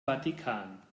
vatikan